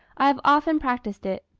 i have often practised it.